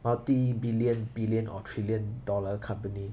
multi billion billion or trillion dollar company